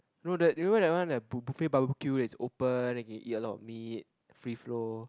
no that you know that one the buffet barbecue that is open then can eat a lot of meat free flow